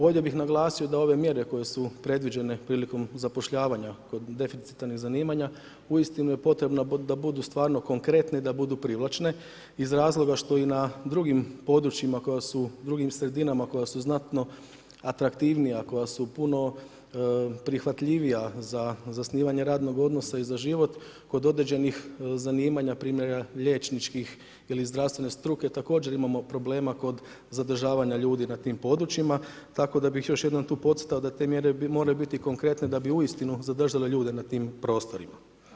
Ovdje bih naglasio da ove mjere koje su predviđene prilikom zapošljavanja kod deficitarnih zanimanja, uistinu je potrebno da budu stvarno konkretne, da budu privlačne iz razloga što i na drugim područjima koja su, drugim sredinama koja su znatno atraktivnija, koja su puno prihvatljivija za zasnivanje radnog odnosa i za život, kod određenih zanimanja primjera liječničkih ili zdravstvene struke također imamo problema kod zadržavanja ljudi na tim područjima, tako da bih još jednom tu podcrtao da te mjere moraju biti konkretne da bi uistinu zadržale ljude na tim prostorima.